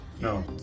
No